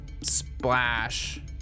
splash